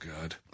God